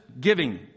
giving